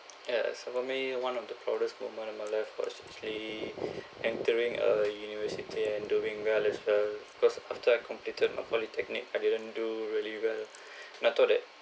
ya so for me one of the proudest moment of my life was actually entering a university and doing well as well cause after I completed my polytechnic I didn't do really well and I thought that